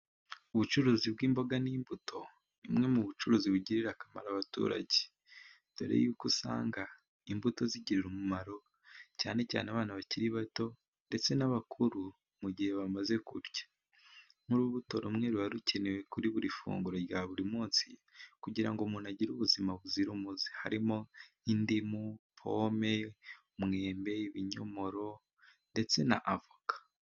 Ubucuruzi bw'imboga n'imbuto ni bumwe mu bucuruzi bugirira akamaro abaturage, dore yuko usanga imbuto zigira umumaro cyane cyane abana bakiri bato ndetse n'abakuru mu gihe bamaze kurya. Nk'urubuto rumwe ruba rukenewe kuri buri funguro rya buri munsi, kugira ngo umuntu agire ubuzima buzira umuze, harimo indimu, pome, umwembe n'ikinyomoro ndetse n'avoka.